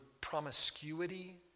promiscuity